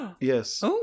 Yes